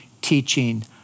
teaching